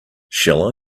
shall